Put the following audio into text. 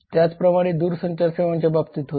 त्याचप्रमाणे दूरसंचार सेवांच्या बाबतीत होते